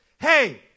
Hey